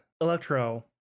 Electro